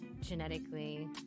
genetically